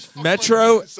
Metro